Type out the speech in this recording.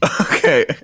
Okay